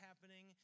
happening